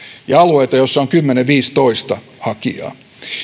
ja alueita joilla on kymmenen viiva viisitoista hakijaa